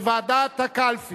לוועדת הקלפי